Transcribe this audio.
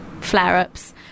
flare-ups